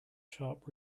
sharp